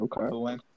Okay